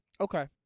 Okay